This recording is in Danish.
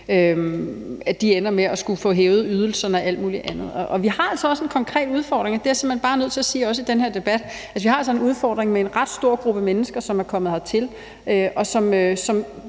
som ender med at få hævet ydelserne og alt muligt andet. Vi har altså også en konkret udfordring, og det er jeg simpelt hen også bare nødt til at sige i den her debat, med en ret stor gruppe mennesker, som er kommet hertil, og som